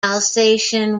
alsatian